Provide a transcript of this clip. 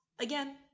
Again